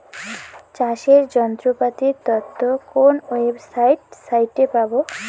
চাষের যন্ত্রপাতির তথ্য কোন ওয়েবসাইট সাইটে পাব?